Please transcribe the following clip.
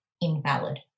invalid